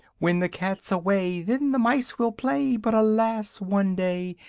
when the cat's away, then the mice will play, but, alas! one day,